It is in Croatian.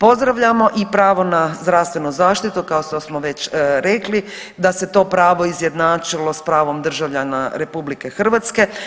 Pozdravljamo i pravo na zdravstvenu zaštitu kao što smo već reli da se to pravo izjednačilo s pravom državljana RH,